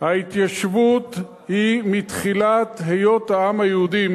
ההתיישבות היא מתחילת היות העם היהודי,